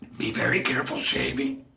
be very careful shaving.